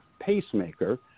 pacemaker